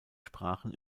sprachen